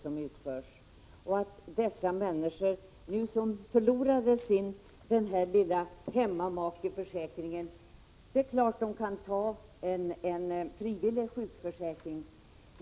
Det är klart att de människor som nu förlorade sin lilla hemmamakeförsäkring kan ta en frivillig sjukförsäkring.